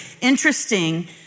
Interesting